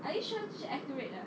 are you sure 这是 accurate 的